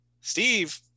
Steve